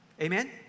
Amen